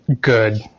good